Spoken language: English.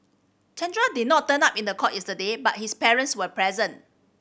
Chandra did not turn up in court yesterday but his parents were present